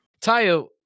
Tayo